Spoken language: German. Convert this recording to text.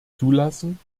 zulassen